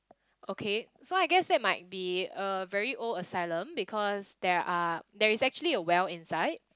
okay so I guess that might be a very old asylum because there are there is actually a well inside